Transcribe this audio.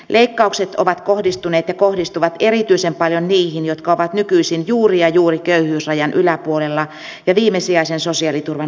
leikkaukset ovat kohdistuneet ja kohdistuvat erityisen paljon niihin jotka ovat nykyisin juuri ja juuri köyhyysrajan yläpuolella ja viimesijaisen sosiaaliturvan ulkopuolella